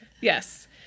Yes